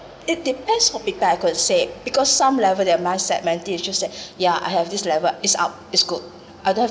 it depends on people I could say because some level their mindset mentality is just that yeah I have this level is up is good I don't have